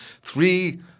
three